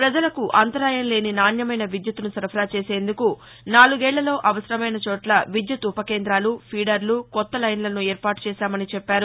ప్రజలకు అంతరాయంలేని నాణ్యమైన విద్యుత్తును సరఫరా చేసేందుకు నాలుగేళ్లలో అవసరమైన చోట్ల విద్యుత్ ఉప కేందాలు ఫీదర్లు కొత్త లైన్లను ఏర్పాటు చేశామని చెప్పారు